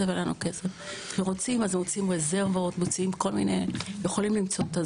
כשרוצים מוצאים רזרבות ויכולים למצוא.